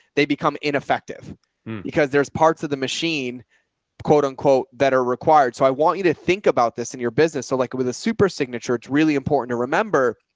they become ineffective because there's parts of the machine quote, unquote that are required. so i want you to think about this in your business. so like with a super signature, it's really important to remember.